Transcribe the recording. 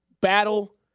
battle